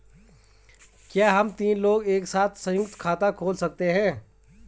क्या हम तीन लोग एक साथ सयुंक्त खाता खोल सकते हैं?